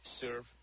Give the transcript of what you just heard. serve